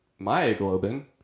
myoglobin